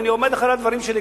ואני עומד מאחורי הדברים שלי,